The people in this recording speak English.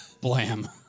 Blam